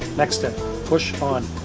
next step push on.